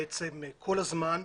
בעצם כל הזמן,